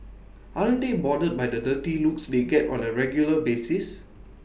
aren't they bothered by the dirty looks they get on A regular basis